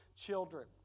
children